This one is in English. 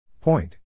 Point